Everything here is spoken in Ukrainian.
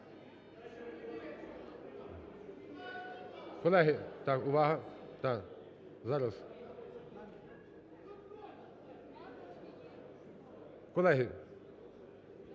Колеги, увага. Зараз… Колеги,